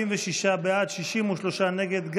46 בעד, 63 נגד.